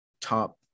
top